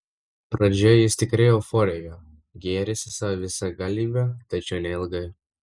pradžioje jis tikrai euforijoje gėrisi savo visagalybe tačiau neilgai